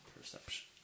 Perception